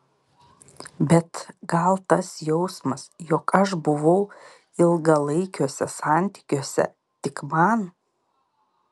bet gal tas jausmas jog aš buvau ilgalaikiuose santykiuose tik man